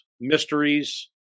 mysteries